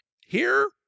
Here-